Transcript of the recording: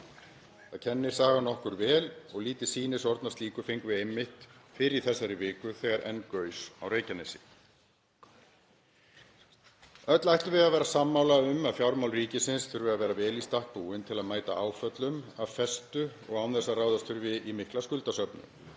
Það kennir sagan okkur vel og lítið sýnishorn af slíku fengum við einmitt fyrr í þessari viku þegar enn gaus á Reykjanesi. Öll ættum við að vera sammála um að fjármál ríkisins þurfi að vera vel í stakk búin til að mæta áföllum af festu og án þess að ráðast þurfi í mikla skuldasöfnun,